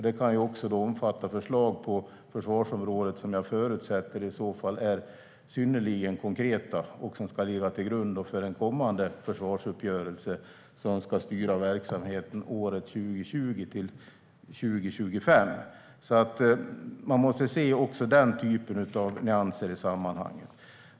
Det kan även omfatta förslag på försvarsområdet som jag i så fall förutsätter är synnerligen konkreta och som ska ligga till grund för en kommande försvarsuppgörelse som ska styra verksamheten 2020-2025. Man måste alltså även se den typen av nyanser i sammanhanget.